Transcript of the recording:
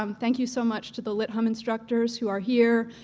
um thank you so much to the lit hum instructors who are here,